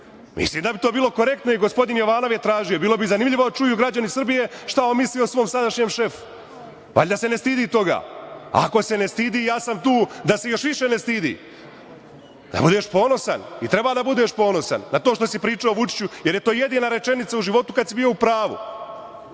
Mislim da bi to bilo korektno. I gospodin Jovanov je tražio. Bilo bi zanimljivo da čuju građani Srbije šta on misli o svom sadašnjem šefu. Valjda se ne stidi toga. Ako se ne stidi, ja sam tu da se još više ne stidi. Da budeš ponosan, i treba da budeš ponosan na to što si pričao o Vučiću, jer je to jedina rečenica u životu kad si bio u pravu,